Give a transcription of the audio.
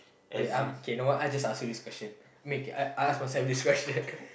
wait ah K know what I just ask you this question make okay I ask myself this question